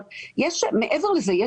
מעבר לזה,